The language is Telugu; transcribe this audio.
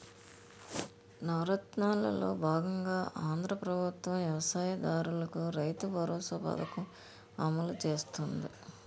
నవరత్నాలలో బాగంగా ఆంధ్రా ప్రభుత్వం వ్యవసాయ దారులకు రైతుబరోసా పథకం అమలు చేస్తుంది